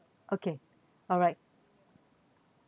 okay alright